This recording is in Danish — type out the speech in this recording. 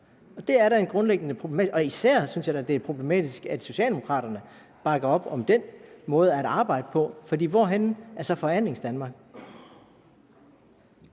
og især er det problematisk, at Socialdemokraterne bakker op om den måde at arbejde på, for hvor er Forhandlingsdanmark